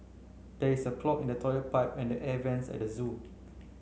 there is a clog in the toilet pipe and the air vents at the zoo